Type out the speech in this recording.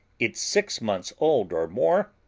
it's six months old or more,